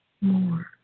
more